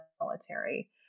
military